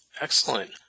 Excellent